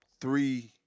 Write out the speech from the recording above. three